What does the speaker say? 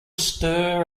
stir